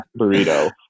burrito